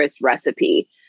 recipe